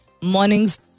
Mornings